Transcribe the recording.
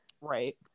right